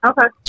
Okay